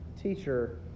Teacher